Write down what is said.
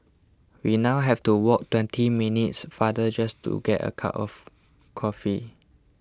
we now have to walk twenty minutes farther just to get a of coffee